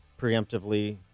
preemptively